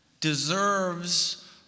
deserves